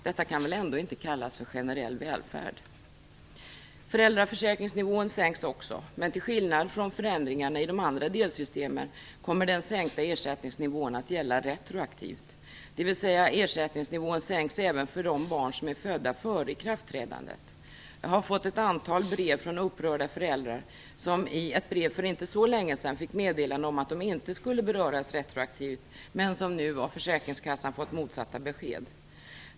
Detta kan väl ändå inte kallas för generell välfärd? Föräldraförsäkringsnivån sänks också. Men till skillnad från förändringarna i de andra delsystemen kommer den sänkta ersättningsnivån att gälla retroaktivt, dvs. ersättningsnivån sänks även för de barn som är födda före ikraftträdandet. Jag har fått ett antal brev från upprörda föräldrar som i ett brev för inte så länge sedan fick meddelande om att de inte skulle beröras retroaktivt men som nu av försäkringskassan fått motsatta besked.